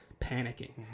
panicking